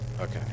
Okay